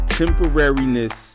temporariness